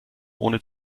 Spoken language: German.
ohne